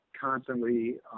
constantly